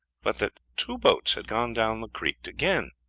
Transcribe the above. but that two boats had gone down the creek again.